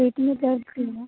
पेट में दर्द हो रहा